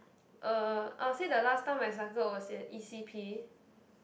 uh I would say the last time I cycled was at e_c_p